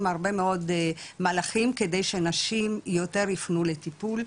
הרבה מאוד מהלכים כדי שנשים יותר יפנו לטיפול,